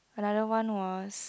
another one was